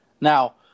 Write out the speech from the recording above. Now